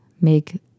make